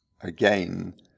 again